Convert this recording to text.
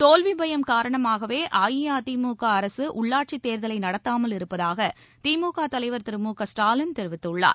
தோல்வி பயம் காரணமாகவே அஇஅதிமுக அரசு உள்ளாட்சித் தேர்தலை நடத்தாமல் இருப்பதாக திமுக தலைவர் திரு மு க ஸ்டாலின் தெரிவித்துள்ளார்